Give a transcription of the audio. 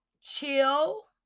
Chill